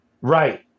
right